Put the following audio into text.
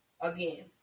Again